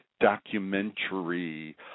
documentary